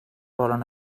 volen